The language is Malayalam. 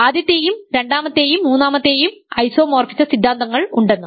ആദ്യത്തെയും രണ്ടാമത്തെയും മൂന്നാമത്തെയും ഐസോമോർഫിസ സിദ്ധാന്തങ്ങൾ ഉണ്ടെന്ന്